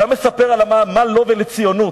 שהיה מספר מה לו ולציונות.